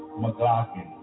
McLaughlin